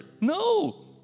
No